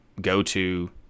go-to